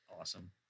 Awesome